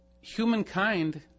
humankind